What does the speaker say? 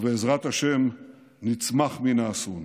ובעזרת השם נצמח מן האסון,